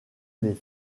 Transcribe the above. les